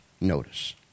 notice